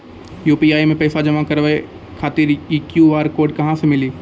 UPI मे पैसा जमा कारवावे खातिर ई क्यू.आर कोड कहां से मिली?